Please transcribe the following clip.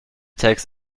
takes